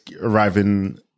arriving